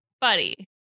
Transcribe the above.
buddy